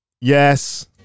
Yes